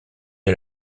est